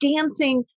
dancing